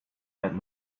had